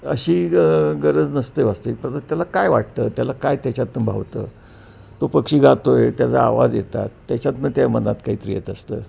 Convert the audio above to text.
अशी गरज नसते वास्तविक पाहता त्याला काय वाटतं त्याला काय त्याच्यातून भावतं तो पक्षी गातो आहे त्याचा आवाज येतात त्याच्यातून त्याच्या मनात काहीतरी येत असतं